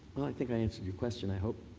think i answered your question i hope.